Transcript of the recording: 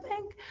think.